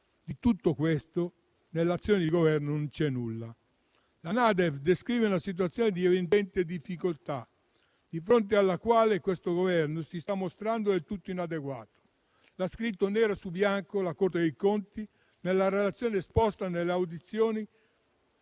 Di tutto questo nell'azione di governo non c'è nulla. La NADEF descrive una situazione di evidente difficoltà, di fronte alla quale questo Governo si sta mostrando del tutto inadeguato, come ha scritto nero su bianco la Corte dei conti nella relazione esposta durante le audizioni